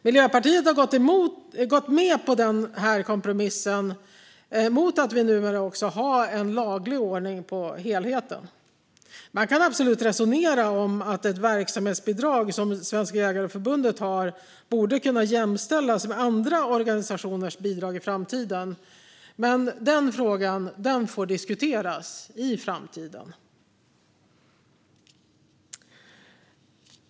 Miljöpartiet har gått med på den kompromissen mot att vi numera också har en laglig ordning för helheten. Man kan absolut resonera som att ett verksamhetsbidrag som Svenska Jägareförbundet har borde kunna jämställas med andra organisationers bidrag i framtiden. Men den frågan får diskuteras i framtiden.